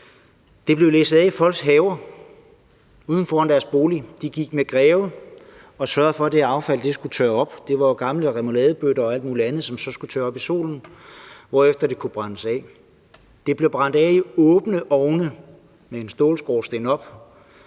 Det blev læsset af i folks haver, ude foran deres bolig, og de gik rundt med grebe og sørgede for, at det affald skulle tørre; det var jo gamle remouladebøtter og alt muligt andet, som skulle tørre i solen, hvorefter det blev brændt af i åbne ovne med stålskorstene